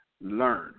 learn